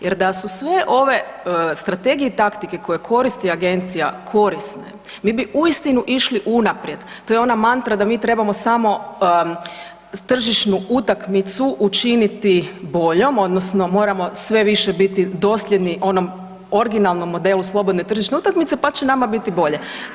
Jer da su sve ove strategije i taktike koje koristi agencija korisne, mi bi uistinu išli unaprijed, to je ona mantra da bi trebamo samo tržišnu utakmicu učiniti boljom, odnosno moramo sve više biti dosljedni onom originalnom modelu slobodne tržišne utakmice pa će nama biti bolje.